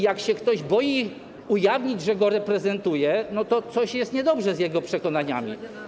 Jak ktoś się boi ujawnić, że go reprezentuje, to coś jest niedobrze z jego przekonaniami.